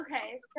okay